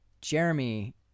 Jeremy